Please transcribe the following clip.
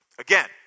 Again